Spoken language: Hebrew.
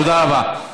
תודה רבה.